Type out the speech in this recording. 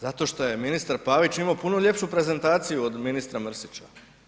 Zato šta je ministar Pavića imao puno ljepšu prezentaciju od ministra Mrsića.